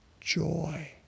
joy